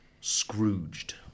Scrooged